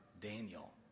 Daniel